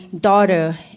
daughter